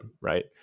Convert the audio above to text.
right